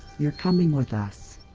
you're coming with us.